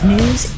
News